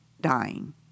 dying